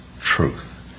truth